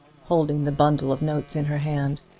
holding the bundle of notes in her hand.